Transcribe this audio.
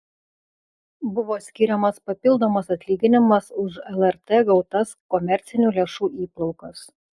buvo skiriamas papildomas atlyginimas už lrt gautas komercinių lėšų įplaukas